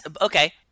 Okay